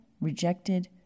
rejected